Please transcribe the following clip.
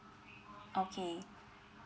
okay